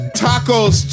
tacos